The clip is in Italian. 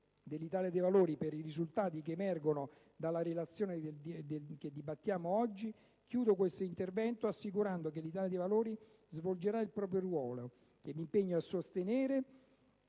dell'Italia dei Valori per i risultati che emergono dalla relazione che dibattiamo oggi, chiudo questo intervento assicurando che l'Italia dei Valori svolgerà il proprio ruolo, che mi impegno a sostenere